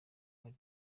ari